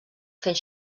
fent